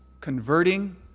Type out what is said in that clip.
converting